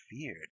feared